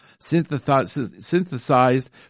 synthesized